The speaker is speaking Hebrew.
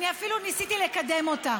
אני אפילו ניסיתי לקדם אותה.